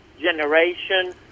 generation